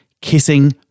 kissing